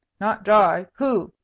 not dry? who?